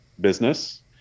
business